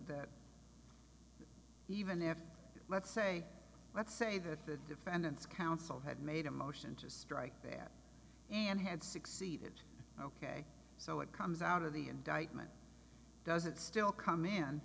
that even after let's say let's say that the defendant's counsel had made a motion to strike that and had succeeded ok so it comes out of the indictment does it still com